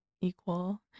equal